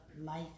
life